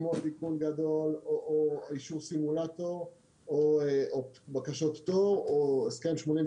כמו תיקון גדול או אישור סימולטור או בקשות פטור או הסכם 83,